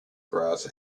grass